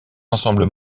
ensemble